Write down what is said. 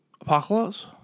Apocalypse